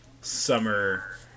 summer